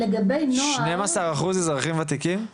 12% אזרחים וותיקים?